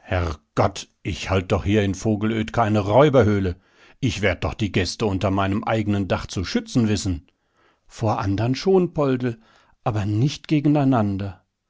herrgott ich halt doch hier in vogelöd keine räuberhöhle ich werd doch die gäste unter meinem eigenen dach zu schützen wissen vor anderen schon poldl aber nicht gegeneinander